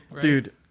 dude